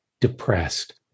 depressed